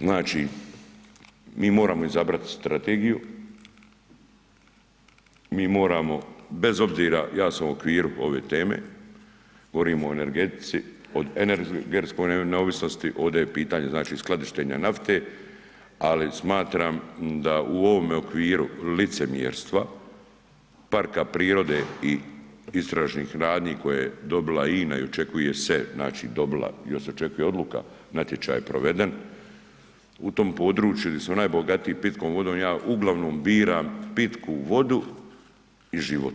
Znači mi moramo izabrati strategiju, mi moramo bez obzora, ja sam u okviru ove teme, govorimo o energetici, o energetskoj neovisnosti, ovdje je pitanje skladištenja nafte ali smatram da u ovome okviru licemjerstva parka prirode i istražnih radnji koje je dobila INA i očekuje se znači, dobila, još se očekuje odluka, natječaj je proveden, u tom području gdje smo najbogatiji pitkom vodom, ja uglavnom biram pitku vodu i život